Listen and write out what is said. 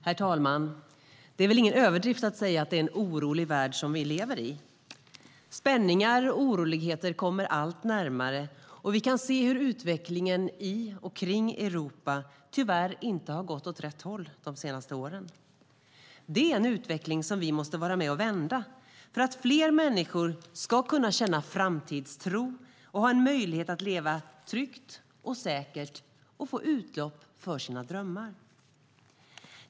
Herr talman! Det är ingen överdrift att säga att det är en orolig värld vi lever i. Spänningar och oroligheter kommer allt närmare, och vi kan se hur utvecklingen i och kring Europa tyvärr inte har gått åt rätt håll de senaste åren. Det är en utveckling vi måste vara med och vända, för att fler människor ska kunna känna framtidstro och ha en möjlighet att leva tryggt och säkert och få utlopp för sina drömmar.